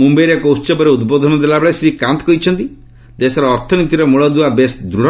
ମୁମ୍ବାଇଠାରେ ଏକ ଉତ୍ସବରେ ଉଦ୍ବୋଧନ ଦେଇ ଶ୍ରୀ କାନ୍ତ କହିଛନ୍ତି ଯେ ଦେଶର ଅର୍ଥନୀତିର ମୂଳଦୁଆ ବେଶ ଦୂଡ଼